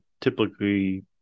typically